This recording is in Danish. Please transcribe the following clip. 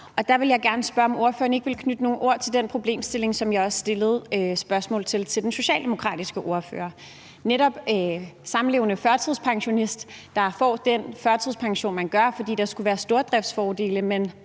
Der vil jeg gerne spørge, om ordføreren ikke vil knytte nogle ord til den problemstilling, som jeg også stillede spørgsmål til til den socialdemokratiske ordfører, netop om en samlevende førtidspensionist, der får den førtidspension, man gør, fordi der skulle være stordriftsfordele, men